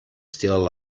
still